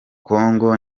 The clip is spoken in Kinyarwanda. congo